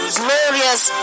glorious